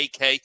AK